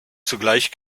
zugleich